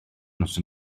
noson